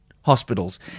hospitals